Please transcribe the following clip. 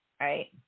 right